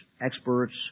experts